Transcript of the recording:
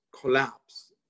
collapse